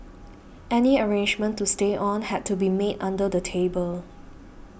any arrangement to stay on had to be made under the table